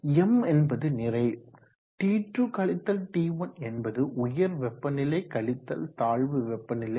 m என்பது நிறை என்பது உயர் வெப்பநிலை கழித்தல் தாழ்வு வெப்பநிலை